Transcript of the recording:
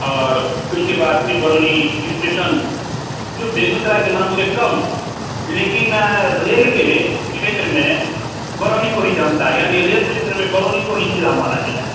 और उसके बाद फिर बरौनी इस्टेशन जो बेगूसराय के नाम से कम लेकिन रेल के क्षेत्र में बरौनी को ही जानता है यानी रेल क्षेत्र में बरौनी को ही ज़ीला माना गया है